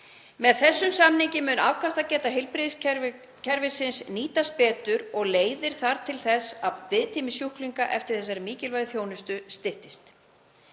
Með þessum samningi mun afkastageta heilbrigðiskerfisins nýtast betur og leiðir það til þess að biðtími sjúklinga eftir þessari mikilvægu þjónustu styttist.